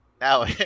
now